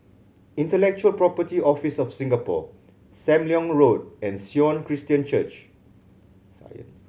Intellectual Property Office of Singapore Sam Leong Road and Sion Christian Church